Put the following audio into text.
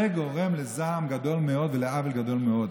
זה גורם לזעם גדול מאוד ולעוול גדול מאוד.